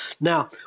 Now